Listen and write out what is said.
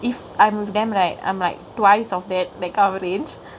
if I'm with them right I'm like twice of that that kind of rangke